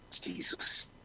Jesus